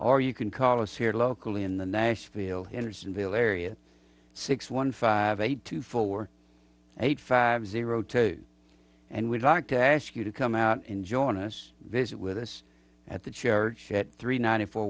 or you can call us here locally in the nashville andersonville area six one five eight two four eight five zero two and we'd like to ask you to come out and join us visit with us at the church three ninety four